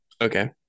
Okay